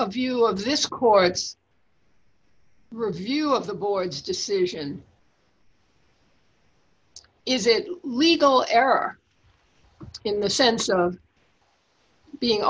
of view of this court's review of the board's decision is it legal error in the sense of being